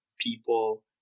people